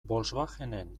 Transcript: volkswagenen